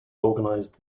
organized